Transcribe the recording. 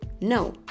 No